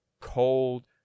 cold